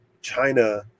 China